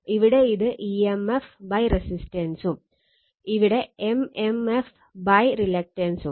ഇവിടെ ഇത് emf റെസിസ്റ്റൻസും ഇവിടെ mmf റീല്ക്ടൻസും